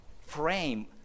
frame